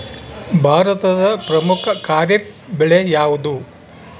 ಭಾರತದ ಪ್ರಮುಖ ಖಾರೇಫ್ ಬೆಳೆ ಯಾವುದು?